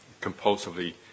compulsively